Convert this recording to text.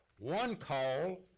one call,